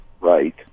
Right